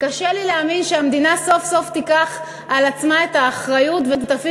קשה לי להאמין שהמדינה סוף-סוף תיקח על עצמה את האחריות ותפעיל